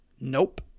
Nope